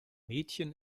mädchen